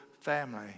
family